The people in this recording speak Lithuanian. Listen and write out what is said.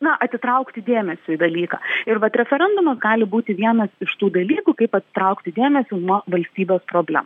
na atitraukti dėmesį dalyką ir vat referendumas gali būti vienas iš tų dalykų kaip atitraukti dėmesį nuo valstybės problemų